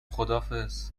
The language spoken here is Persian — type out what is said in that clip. خداحافظ